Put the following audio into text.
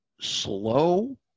slow